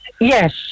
Yes